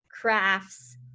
crafts